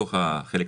בבורסה.